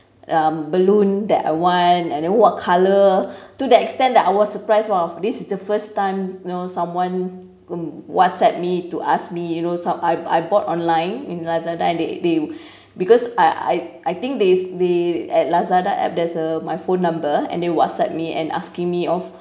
um balloon that I want and then what colour to the extent that I was surprised !wow! this is the first time know someone whatsapp me to ask me you know so I I bought online in lazada they they because I I I think these they at lazada app there's uh my phone number and they whatsapp me and asking me of